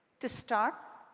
to start,